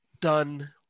done